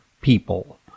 people